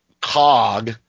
cog